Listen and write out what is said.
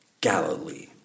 Galilee